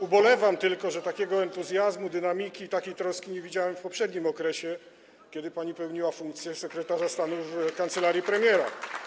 Ubolewam tylko, że takiego entuzjazmu, dynamiki i takiej troski nie widziałem w poprzednim okresie, kiedy pani pełniła funkcję sekretarza stanu w kancelarii premiera.